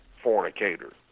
fornicator